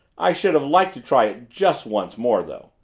i should have liked to try it just once more though,